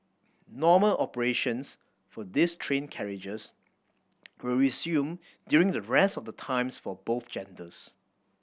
normal operations for these train carriages will resume during the rest of the times for both genders